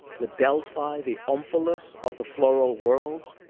the delphi, the omphalos of the floral world.